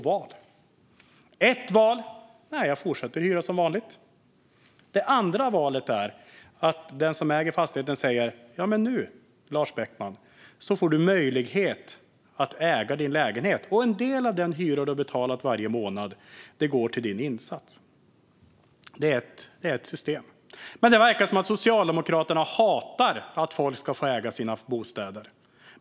Den ena innebär att man fortsätter att hyra som vanligt. Den andra innebär att den som äger fastigheten säger: "Nu, Lars Beckman, får du möjlighet att äga din lägenhet, och en del av den hyra som du har betalat varje månad går till din insats." Det finns alltså ett system. Det verkar dock som att Socialdemokraterna hatar att folk ska kunna äga sina bostäder.